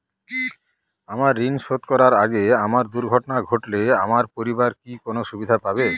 আমার ঋণ শোধ করার আগে আমার দুর্ঘটনা ঘটলে আমার পরিবার কি কোনো সুবিধে পাবে?